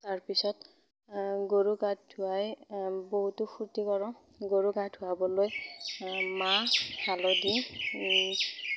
তাৰপিছত গৰু গা ধোৱাই বহুতো ফুৰ্টি কৰোঁ গৰু গা ধোৱাবলৈ মাহ হালধি